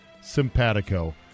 simpatico